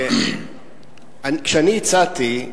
כשאני הצעתי,